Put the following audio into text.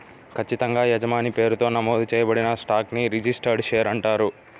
ఖచ్చితంగా యజమాని పేరుతో నమోదు చేయబడిన స్టాక్ ని రిజిస్టర్డ్ షేర్ అంటారు